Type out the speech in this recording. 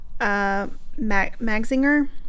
Magzinger